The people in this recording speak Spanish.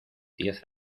diez